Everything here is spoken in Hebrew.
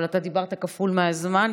אבל אתה דיברת כפול מהזמן,